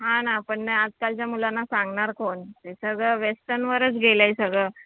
हा ना पण आजकालच्या मुलांना सांगणार कोण ते सगळं वेस्टर्नवरच गेलं आहे सगळं